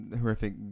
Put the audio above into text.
horrific